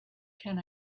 can